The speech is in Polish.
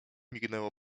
mignęło